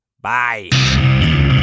Bye